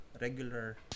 regular